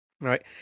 right